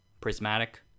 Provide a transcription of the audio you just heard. prismatic